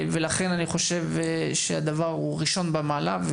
לכן אני חושב שהנושא הוא ראשון במעלה.